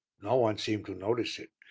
no one seemed to notice it.